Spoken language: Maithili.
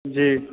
जी